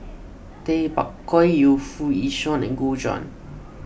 Tay Bak Koi Yu Foo Yee Shoon and Gu Juan